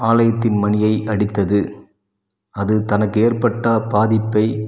ஆலயத்தின் மணியை அடித்தது அது தனக்கு ஏற்பட்ட பாதிப்பை